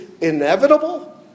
inevitable